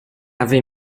avait